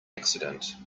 accident